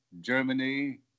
Germany